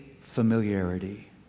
familiarity